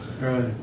Right